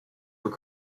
were